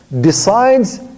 decides